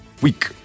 week